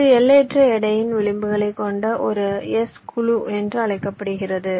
இது எல்லையற்ற எடையின் விளிம்புகளைக் கொண்ட ஒரு s குழு என்று அழைக்கப்படுகிறது